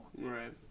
Right